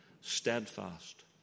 steadfast